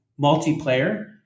multiplayer